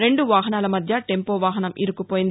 రెండు వాహనాల మధ్య టెంపోవాహనం ఇరుక్కుపోయింది